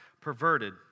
perverted